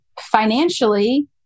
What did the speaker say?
financially